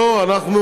כבוד היושב-ראש,